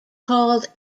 called